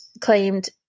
claimed